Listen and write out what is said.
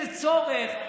לאיזה צורך?